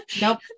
Nope